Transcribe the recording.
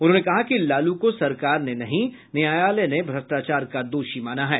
उन्होंने कहा कि लालू को सरकार ने नहीं न्यायालय ने भ्रष्टाचार का दोषी माना है